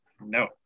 no